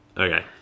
Okay